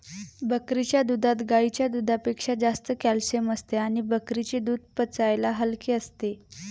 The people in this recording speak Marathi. बकरीच्या दुधात गाईच्या दुधापेक्षा जास्त कॅल्शिअम असते आणि बकरीचे दूध पचायला हलके असते